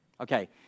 Okay